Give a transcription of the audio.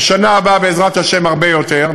בשנה הבאה בעזרת השם הרבה יותר.